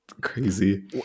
Crazy